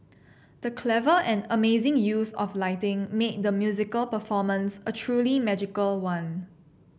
the clever and amazing use of lighting made the musical performance a truly magical one